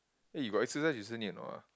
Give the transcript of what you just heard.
eh you got exercise recently or not ah